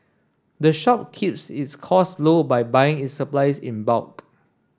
the shop keeps its costs low by buying its supplies in bulk